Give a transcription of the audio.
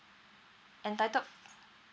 entitled